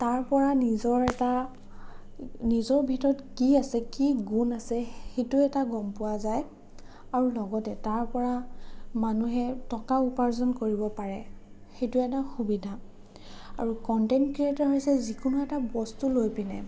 তাৰ পৰা নিজৰ এটা নিজৰ ভিতৰত কি আছে কি গুণ আছে সেইটো এটা গম পোৱা যায় আৰু লগতে তাৰ পৰা মানুহে টকা উপাৰ্জন কৰিব পাৰে সেইটো এটা সুবিধা আৰু কনটেণ্ট ক্ৰিয়েটৰ হৈছে যিকোনো এটা বস্তু লৈ পিনে